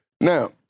Now